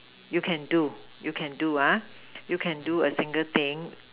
you can do you can do ah you can do a single thing